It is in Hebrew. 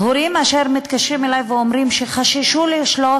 הורים מתקשרים אלי ואומרים שחששו לשלוח